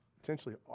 potentially